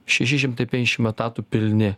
šeši šimtai penkiasdešimt etatų pilni